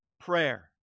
prayer